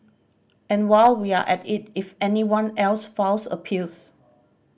and while we're at it if anyone else files appeals